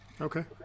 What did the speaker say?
Okay